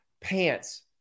pants